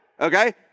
okay